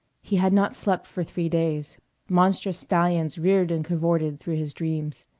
he had not slept for three days monstrous stallions reared and cavorted through his dreams.